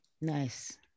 Nice